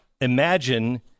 Imagine